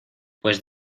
pues